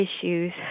issues